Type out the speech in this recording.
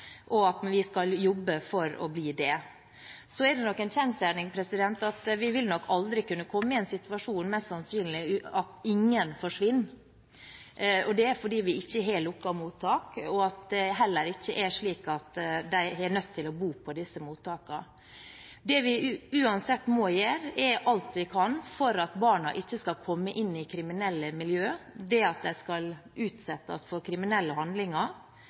bedre, og vi skal jobbe for å bli det. Det er nok en kjensgjerning at vi – mest sannsynlig – aldri vil kunne komme i den situasjonen at ingen forsvinner. Det er fordi vi ikke har lukkede mottak, og fordi det heller ikke er slik at de er nødt til å bo på disse mottakene. Det vi uansett må, er å gjøre alt vi kan for at barna ikke skal komme inn i kriminelle miljø, at de ikke skal utsettes for kriminelle handlinger.